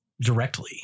directly